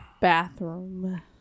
Bathroom